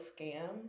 scam